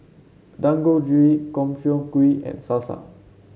Dangojiru Gobchang Gui and Salsa